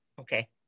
okay